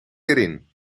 erin